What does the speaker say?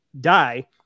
die